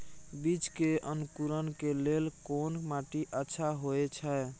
बीज के अंकुरण के लेल कोन माटी अच्छा होय छै?